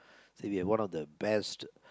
so if you have one of the best